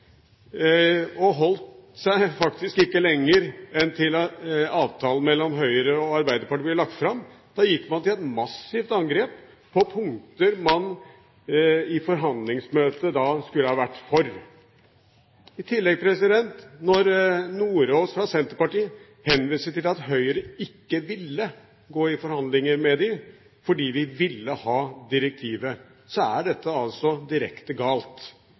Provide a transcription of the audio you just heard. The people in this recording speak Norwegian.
Han holdt seg faktisk ikke lenger enn til da avtalen mellom Høyre og Arbeiderpartiet ble lagt fram. Da gikk man til et massivt angrep på punkter man i forhandlingsmøtet skulle ha vært for. I tillegg: Når representanten Sjelmo Nordås fra Senterpartiet henviser til at Høyre ikke ville gå i forhandlinger med dem, fordi vi ville ha direktivet, er dette direkte galt.